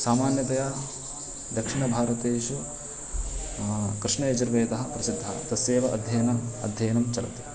सामान्यतया दक्षिणभारतेषु कृष्णयजुर्वेदः प्रसिद्धः तस्यैव अध्ययनम् अध्ययनं चलति